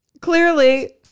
Clearly